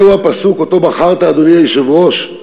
זהו הפסוק שבחרת, אדוני היושב-ראש,